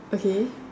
okay